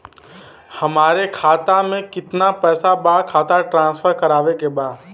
हमारे खाता में कितना पैसा बा खाता ट्रांसफर करावे के बा?